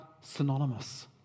synonymous